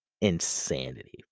Insanity